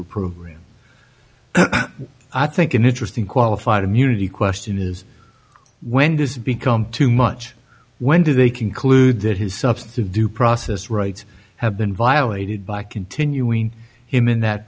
y program i think an interesting qualified immunity question is when does become too much when do they conclude that his substantive due process rights have been violated by continuing him in that